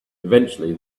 eventually